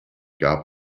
gab